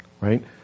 right